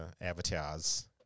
avatars